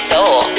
Soul